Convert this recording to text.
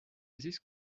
these